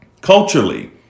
Culturally